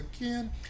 again